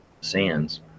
sands